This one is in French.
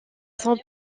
son